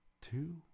two